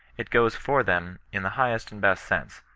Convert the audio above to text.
it goes for them, in the highest and best sense.